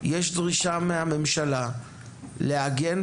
יש דרישה מהממשלה לעגן,